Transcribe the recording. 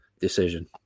decision